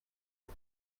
had